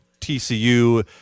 TCU